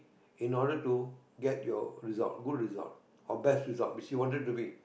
in order to get your result good result or best result if you wanted to be